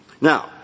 Now